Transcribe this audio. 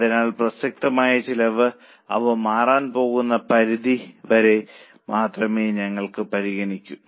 അതിനാൽ പ്രസക്തമായ ചിലവ് അവ മാറാൻ പോകുന്ന പരിധി വരെ മാത്രമേ ഞങ്ങൾ പരിഗണിക്കൂ